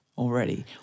already